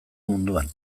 munduan